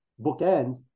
bookends